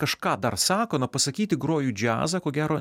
kažką dar sako na pasakyti groju džiazą ko gero